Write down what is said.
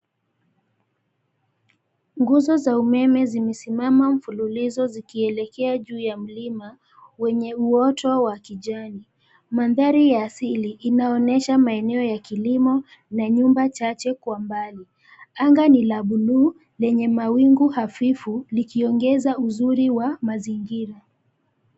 Nguzo za umeme zimesimama mfululizo zikielekea juu ya mlima wenye uoto wa kijani. Mandhari ya asili inaonyesha maeneo ya kilimo na nyumba chache kwa mbali. Anga ni la bluu lenye mawingu hafifu likiongeza uzuri wa mazingira.